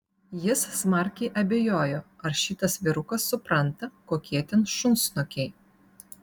jis smarkiai abejojo ar šitas vyrukas supranta kokie ten šunsnukiai